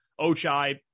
Ochai